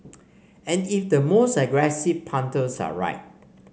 and if the most aggressive punters are right